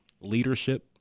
leadership